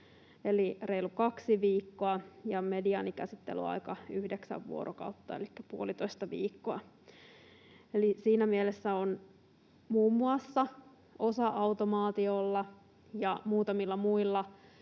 eli reilut kaksi viikkoa ja mediaanikäsittelyaika yhdeksän vuorokautta elikkä puolitoista viikkoa. Eli siinä mielessä muun muassa osa-automaatiolla ja muutamilla muilla